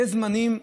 יש זמנים,